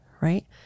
right